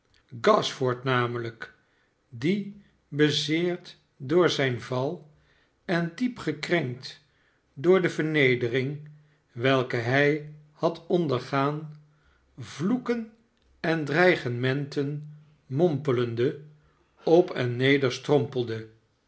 gashford namelijk die bezeerd door zijn val en diep gekrenkt door de vernedering welke hij had ondergaan vloeken en dreigementen mompelende op en neder strompelde